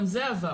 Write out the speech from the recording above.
גם זה עבר.